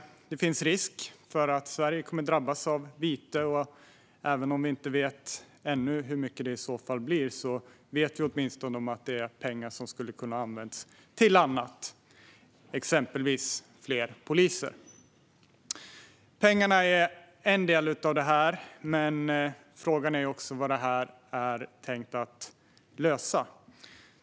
Det finns risk för att Sverige kommer att drabbas av vite. Även om vi ännu inte vet hur mycket det i så fall blir vet vi åtminstone att det är pengar som skulle ha kunnat användas till annat, exempelvis fler poliser. Pengarna är en del i detta, men frågan är också vad detta är tänkt att lösa.